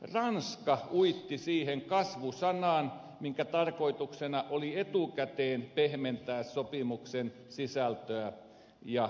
ranska uitti siihen kasvu sanan minkä tarkoituksena oli etukäteen pehmentää sopimuksen sisältöä ja tulkintoja